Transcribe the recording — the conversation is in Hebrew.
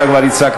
אתה כבר הצגת.